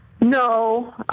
No